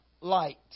light